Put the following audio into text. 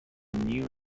new